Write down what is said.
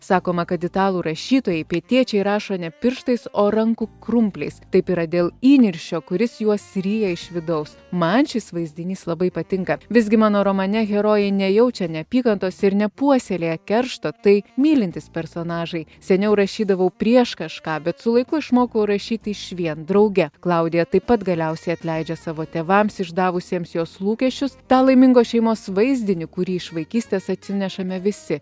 sakoma kad italų rašytojai pietiečiai rašo ne pirštais o rankų krumpliais taip yra dėl įniršio kuris juos ryja iš vidaus man šis vaizdinys labai patinka visgi mano romane herojai nejaučia neapykantos ir nepuoselėja keršto tai mylintys personažai seniau rašydavau prieš kažką bet su laiku išmokau rašyti išvien drauge klaudija taip pat galiausiai atleidžia savo tėvams išdavusiems jos lūkesčius tą laimingos šeimos vaizdinį kurį iš vaikystės atsinešame visi